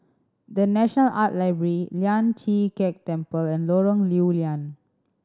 The National Art Gallery Lian Chee Kek Temple and Lorong Lew Lian